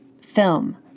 film